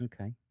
Okay